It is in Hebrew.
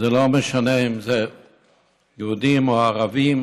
וזה לא משנה אם זה יהודים או ערבים,